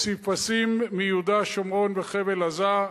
פסיפסים מיהודה, שומרון וחבל-עזה.